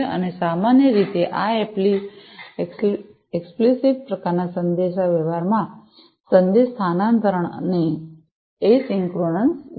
અને સામાન્ય રીતે આ એક્સ્પ્લિસિત પ્રકારનાં સંદેશાવ્યવહારમાં સંદેશ સ્થાનાંતરણ ને એસિંક્રોનસ છે